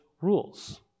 rules